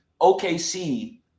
OKC